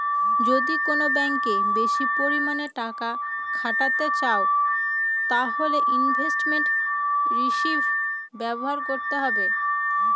যদি কোন ব্যাঙ্কে বেশি পরিমানে টাকা খাটাতে চাও তাহলে ইনভেস্টমেন্ট রিষিভ ব্যবহার করতে হবে